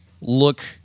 look